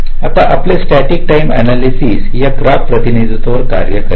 आता आपले static time analysis या ग्राफ प्रतिनिधित्वावर कार्य करेल